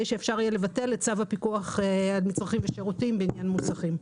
שיהיה אפשר לבטל את צו הפיקוח על מצרכים ושירותים בעניין מוסכים.